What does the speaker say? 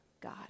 God